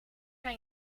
kan